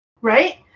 right